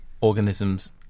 organisms